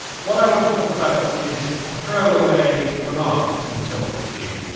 what i want to talk about is a throwaway remark in the selfish gene,